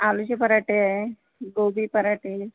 आलूचे पराठे आहे गोबी पराठे